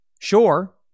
Sure